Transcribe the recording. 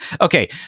okay